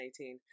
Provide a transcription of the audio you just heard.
2018